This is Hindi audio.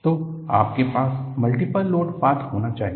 तो आपके पास मल्टीपल लोड पाथ होना चाहिए